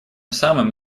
самым